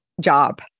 job